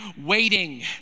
waiting